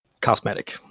cosmetic